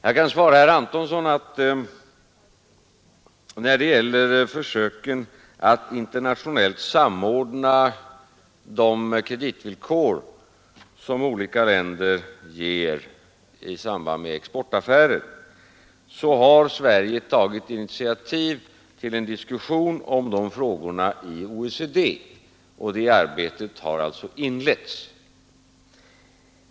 Jag kan svara herr Antonsson att när det gäller försöken att internationellt samordna de kreditvillkor som olika länder ger i samband med exportaffärer så har Sverige tagit initiativ till en diskussion om de frågorna i OECD, och det arbetet har alltså inletts.